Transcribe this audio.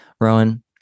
Rowan